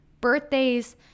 Birthdays